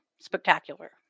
spectacular